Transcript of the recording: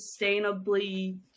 sustainably